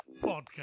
Podcast